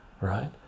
right